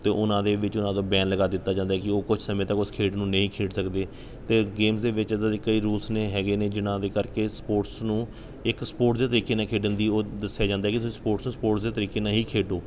ਅਤੇ ਉਹਨਾਂ ਦੇ ਵਿੱਚ ਉਹਨਾਂ ਦਾ ਬੈਨ ਲਗਾ ਦਿੱਤਾ ਜਾਂਦਾ ਹੈ ਕਿ ਉਹ ਕੁਛ ਸਮੇਂ ਤੱਕ ਉਸ ਖੇਡ ਨੂੰ ਨਹੀਂ ਖੇਡ ਸਕਦੇ ਅਤੇ ਗੇਮਸ ਦੇ ਵਿੱਚ ਇੱਦਾਂ ਦੇ ਕਈ ਰੂਲਸ ਨੇ ਹੈਗੇ ਨੇ ਜਿਨ੍ਹਾਂ ਦੇ ਕਰਕੇ ਸਪੋਟਸ ਨੂੰ ਇੱਕ ਸਪੋਟਸ ਦੇ ਤਰੀਕੇ ਨਾਲ ਖੇਡਣ ਦੀ ਉਹ ਦੱਸਿਆ ਜਾਂਦਾ ਕਿ ਤੁਸੀਂ ਸਪੋਟਸ ਸਪੋਟਸ ਦੇ ਤਰੀਕੇ ਨਾਲ ਹੀ ਖੇਡੋ